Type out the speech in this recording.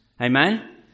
Amen